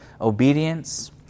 obedience